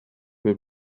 will